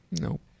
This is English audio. Nope